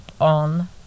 on